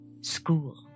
School